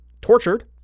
tortured